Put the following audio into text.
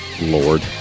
Lord